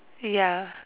ya